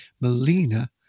melina